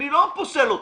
אני לא פוסל אותה.